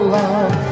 love